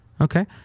Okay